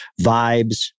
vibes